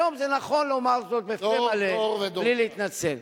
והיום זה נכון לומר זאת בפה מלא בלי להתנצל.